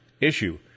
Issue